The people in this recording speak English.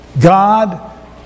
God